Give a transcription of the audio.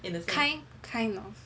kind kind of